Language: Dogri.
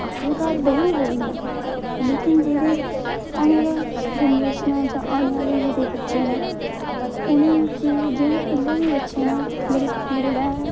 अस ते घर डोगरी बोलने आं लोकिन जेहड़े औने आह्ली जनरेशन ऐ जां औने आहले जेहड़े बच्चे न उ'नें गी कि जेहड़े ऐल्लै बी बच्चे न स्कूल जेहड़े हैन